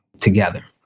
together